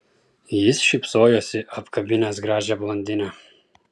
jis šypsojosi apkabinęs gražią blondinę